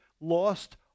lost